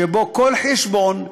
שבה בכל חשבון,